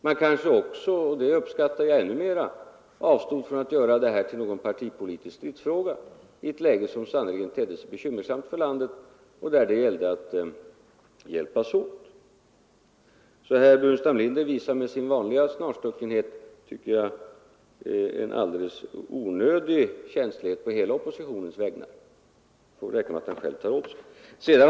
Man kanske också — och det uppskattar jag ännu mera — avstod från att göra det här till någon partipolitisk stridsfråga i ett läge som sannerligen tedde sig bekymmersamt för landet och där det gällde att hjälpas åt. Herr Burenstam Linder visar alltså med sin vanliga snarstuckenhet, tycker jag, en alldeles onödig känslighet på hela oppositionens vägnar. Det får väl räcka med att han själv tar åt sig.